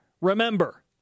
Remember